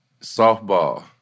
softball